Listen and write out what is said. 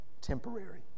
temporary